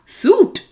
suit